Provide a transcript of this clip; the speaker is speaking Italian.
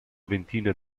ventina